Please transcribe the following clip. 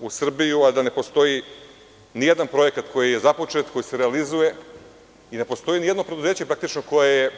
u Srbiju, a da ne postoji ni jedan projekat koji je započet, koji se realizuje i ne postoji ni jedno preduzeće praktično koje je